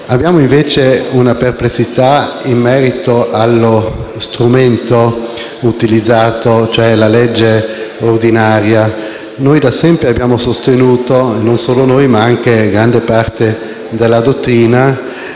Esprimiamo, invece, una perplessità in merito allo strumento utilizzato, cioè la legge ordinaria. Noi da sempre - e non solo noi, ma anche grande parte della dottrina